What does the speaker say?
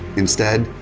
instead,